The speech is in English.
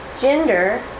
gender